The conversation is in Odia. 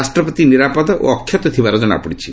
ରାଷ୍ଟ୍ରପତି ନିରାପଦ ଓ ଅକ୍ଷତ ଥିବାର ଜଣାପଡ଼ିଛି